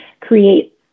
create